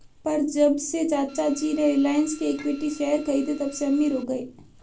पर जब से चाचा जी ने रिलायंस के इक्विटी शेयर खरीदें तबसे अमीर हो गए